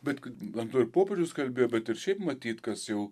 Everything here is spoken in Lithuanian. bet man atrodo ir popiežius kalbėjo bet ir šiaip matyt kas jau